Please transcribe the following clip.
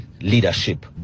leadership